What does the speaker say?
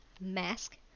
mask